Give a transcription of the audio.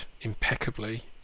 impeccably